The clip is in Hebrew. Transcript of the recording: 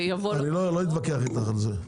אני לא אתווכח איתך על זה.